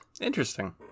Interesting